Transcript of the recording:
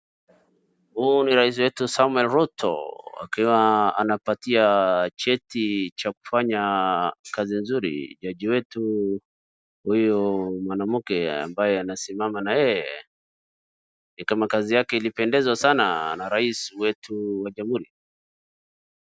Huyu ni rais wetu Samoei Ruto akiwa anapatia cheti cha kufanya kazi nzuri. Jaji wetu huyu mwanamke ambaye anasimama na yeye ni kama kazi yake ilipendeza sana na rais wetu wa jamhuri.